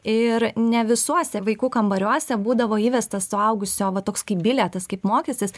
ir ne visuose vaikų kambariuose būdavo įvestas suaugusio va toks kaip bilietas kaip mokestis